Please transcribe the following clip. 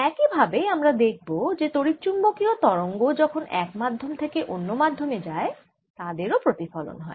একই ভাবে এখন আমরা দেখব যে তড়িৎচুম্বকীয় তরঙ্গ যখন এক মাধ্যম থেকে অন্য মাধ্যমে যায় তাদের ও প্রতিফলন হয়